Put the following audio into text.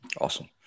awesome